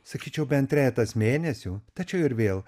sakyčiau bent trejetas mėnesių tačiau ir vėl